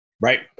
right